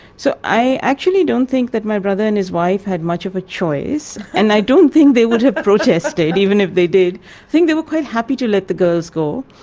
so i actually don't think that my brother and his wife had much of a choice and i don't think they would have protested, even if they did. i think they were quite happy to let the girls go,